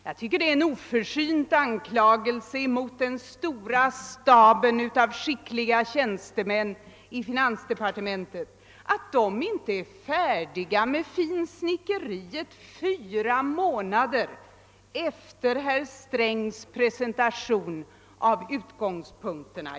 Jag tycker det är en oförsynt anklagelse mot den stora staben av skickliga tjänstemän i finansdepartementet att göra gällande, att de inte är färdiga med finsnickeriet fyra månader efter herr Strängs presentation av utgångspunkterna.